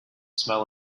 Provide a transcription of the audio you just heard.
smell